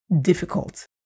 difficult